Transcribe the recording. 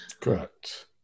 Correct